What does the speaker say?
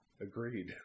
agreed